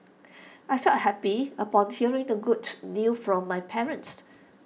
I felt happy upon hearing the good news from my parents